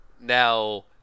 Now